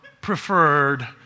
preferred